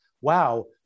wow